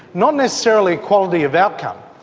not necessarily equality of outcome,